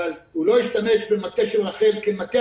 אבל הוא לא השתמש במטה של רח"ל כמטה